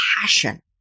passion